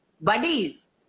Buddies